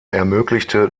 ermöglichte